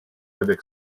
avec